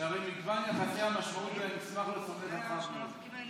שהרי מגוון יחסי המשמעות בין נסמך לסומך רחב מאוד".